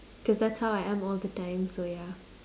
cause that's how I am all the time so ya